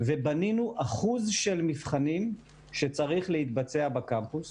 ובנינו אחוז של מבחנים שצריך להתבצע בקמפוס